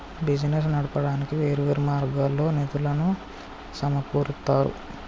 business నడపడానికి వేర్వేరు మార్గాల్లో నిధులను సమకూరుత్తారు